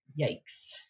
Yikes